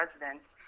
residents